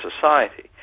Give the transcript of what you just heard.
society